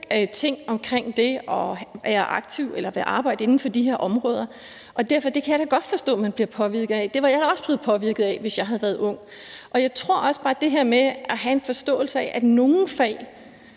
ting omkring det at være aktiv eller at arbejde inden for de her områder. Derfor kan jeg da godt forstå, at man bliver påvirket af det. Det var jeg da også blevet påvirket af, hvis jeg havde været ung. Jeg tror også bare, at det her med at have en forståelse af, at det for